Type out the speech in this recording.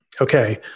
okay